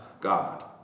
God